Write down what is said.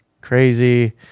crazy